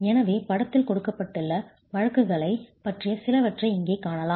எனவே படத்தில் கொடுக்கப்பட்டுள்ள வழக்குகளைப் பற்றிய சிலவற்றை இங்கே காணலாம்